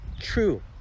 true